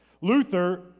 Luther